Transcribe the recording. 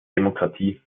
demokratie